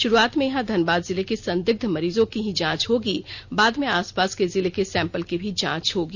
शुरुआत में यहाँ धनबाद जिले के संदिग्ध मरीजों की हीं जांच होगी बाद में आस पास के जिले के सैंपल की भी जांच होगी